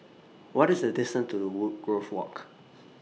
What IS The distance to Woodgrove Walk